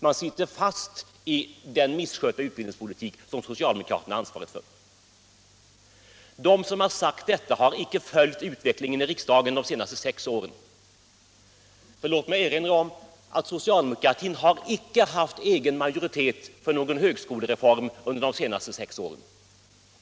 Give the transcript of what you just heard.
Man sitter fast i den misskötta utbildningspolitik som socialdemokraterna har ansvaret för. De som sagt detta har icke följt utvecklingen i riksdagen under de senaste sex åren. Låt mig erinra om att socialdemokratin icke har haft egen majoritet för någon högskolereform under de senaste sex åren.